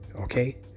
okay